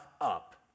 up